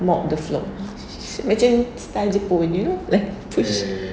mop the floor macam style jepun you know like push